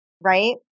right